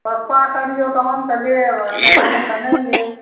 सस्ता करियौ तहन तऽ लेब आ नहि तहन तऽ नहि लेब